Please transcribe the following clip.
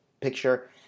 picture